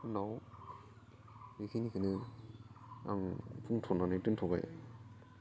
उनाव बेखिनिखौनो आं बुंथ'नानै दोनथ'बाय